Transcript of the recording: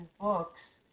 books